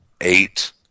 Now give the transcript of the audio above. eight